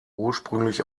ursprünglich